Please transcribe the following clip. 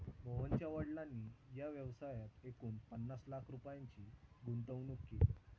मोहनच्या वडिलांनी या व्यवसायात एकूण पन्नास लाख रुपयांची गुंतवणूक केली